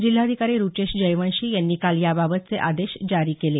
जिल्हाधिकारी रुचेश जयवंशी यांनी काल याबाबतचे आदेश जारी केले